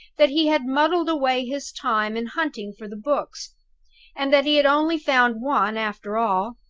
that he had muddled away his time in hunting for the books and that he had only found one, after all,